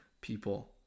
people